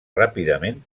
ràpidament